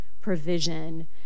provision